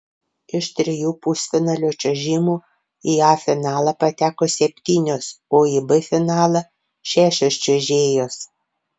iš trijų pusfinalio čiuožimų į a finalą pateko septynios o į b finalą šešios čiuožėjos